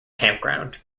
campground